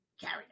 Carry